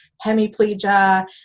hemiplegia